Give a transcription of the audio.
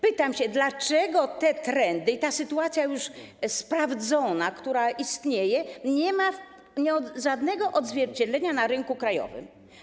Pytam się, dlaczego te trendy i ta sytuacja już sprawdzona, która istnieje, nie ma żadnego odzwierciedlenia na rynku krajowym.